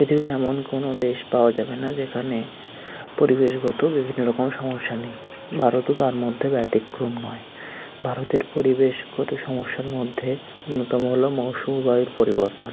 পৃথিবীর এমন কোনো দেশ পাওয়া যাবে না যেখানে পরিবেশগত বিভিন্ন রকম সমস্যা নেই ভারতও তার মধ্যে ব্যতিক্রম নয় ভারতের পরিবেশগত সমস্যার মধ্যে অন্যতম হলো মৌসুমি বায়ুর পরিবর্তন